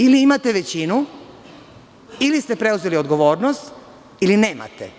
Ili imate većinu, ili ste preuzeli odgovornost, ili nemate.